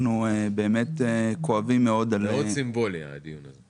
מאוד סימבולי הדיון הזה.